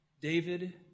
David